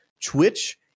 Twitch